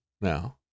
now